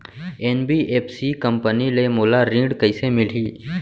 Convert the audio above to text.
NBFC company ले मोला ऋण कइसे मिलही?